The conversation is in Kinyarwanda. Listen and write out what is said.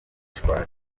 gishwati